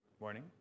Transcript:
Morning